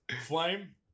Flame